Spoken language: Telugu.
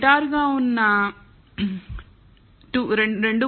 నిటారుగా ఉన్న 2